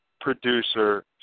producer